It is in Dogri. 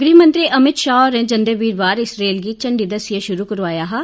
गृह मंत्री अमित शाह होरें जंदे वीरवारें इस रेल गी झंडी दस्सियै शुरु करोआया हा